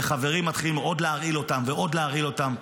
וחברים מתחילים עוד להרעיל אותו ועוד להרעיל אותו.